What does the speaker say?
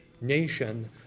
nation